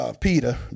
Peter